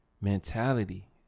mentality